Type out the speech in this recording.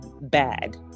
bad